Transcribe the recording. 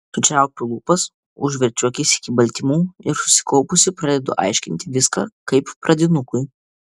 sučiaupiu lūpas užverčiu akis iki baltymų ir susikaupusi pradedu aiškinti viską kaip pradinukui